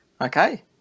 Okay